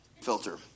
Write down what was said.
Filter